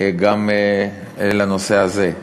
גם לנושא הזה.